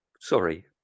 sorry